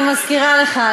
אני מזכירה לך,